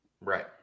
Right